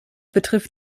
betrifft